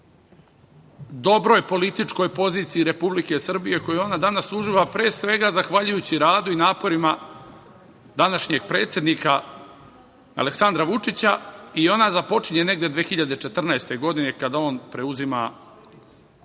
dobroj političkoj poziciji Republike Srbije koju ona danas uživa, zahvaljujući radu i naporima današnjeg predsednika Aleksandra Vučića i ona započinje negde 2014. godine kada on preuzima